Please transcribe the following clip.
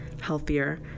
healthier